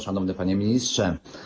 Szanowny Panie Ministrze!